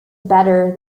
better